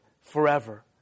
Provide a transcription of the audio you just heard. forever